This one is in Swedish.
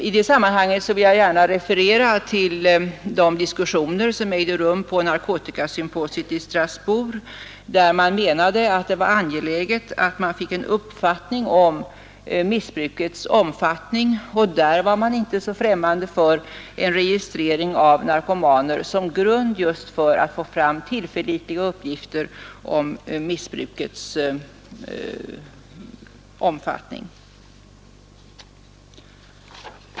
I det sammanhanget vill jag gärna referera till de diskussioner som ägde rum på narkotikasymposiet i Strasbourg, där man fann det vara angeläget att få en uppfattning om missbrukets omfattning. Där var man inte så främmande för registrering av narkomaner som grund för att få fram tillförlitliga uppgifter.